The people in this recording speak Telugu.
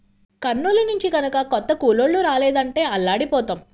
కర్నూలు నుంచి గనక కొత్త కూలోళ్ళు రాలేదంటే అల్లాడిపోతాం